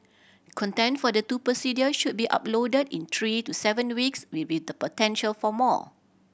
content for the two procedures should be uploaded in three to seven weeks with the potential for more